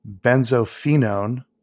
benzophenone